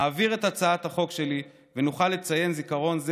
אעביר את הצעת החוק שלי ונוכל לציין זיכרון זה